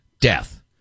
death